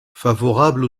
favorable